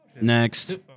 Next